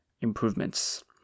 improvements